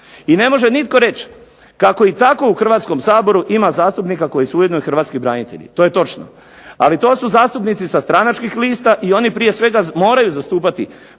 I ne može nitko reći kako i tako u Hrvatskom saboru ima zastupnika koji su ujedno i hrvatski branitelji. To je točno, ali to su zastupnici sa stranačkih lista i oni prije svega moraju zastupati